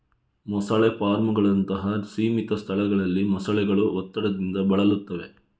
ಮೊಸಳೆ ಫಾರ್ಮುಗಳಂತಹ ಸೀಮಿತ ಸ್ಥಳಗಳಲ್ಲಿ ಮೊಸಳೆಗಳು ಒತ್ತಡದಿಂದ ಬಳಲುತ್ತವೆ